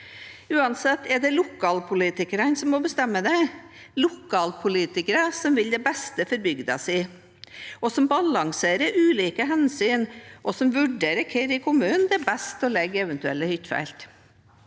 Uansett er det lokalpolitikerne som må bestemme det – lokalpolitikere som vil det beste for bygda si, som balanserer ulike hensyn, og som vurderer hvor i kommunen det er best å legge eventuelle hyttefelt.